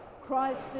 Christ